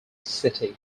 city